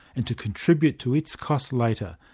and to contribute to its costs later,